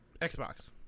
Xbox